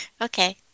Okay